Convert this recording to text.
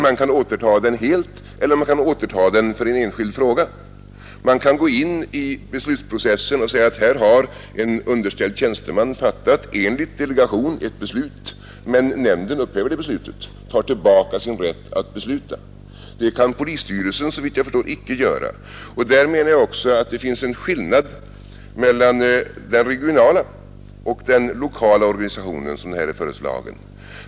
Man kan återta den helt eller återta den för en enskild fråga. Man kan gå in i beslutsprocessen och säga att här har en underställd tjänsteman enligt delegation fattat ett beslut, men nämnden upphäver det beslutet och tar tillbaka sin rätt att besluta. Det kan polisstyrelsen, såvitt jag förstår, icke göra. Därmed menar jag också att det finns en skillnad på den regionala och den lokala organisation som här är föreslagen.